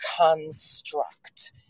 construct